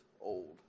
old